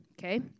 okay